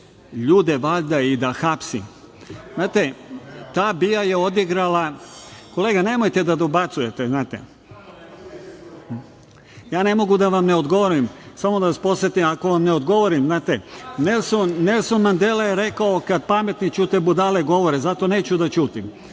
bije ljude i da hapsi. Znate, ta BIA je odigrala, kolega nemojte da dobacujete, ja ne mogu da vam ne odgovorim i da vas podsetim ako vam ne odgovorim, Nelson Mendela je rekao kada pametni ćute, budale govore i zato neću da ćutim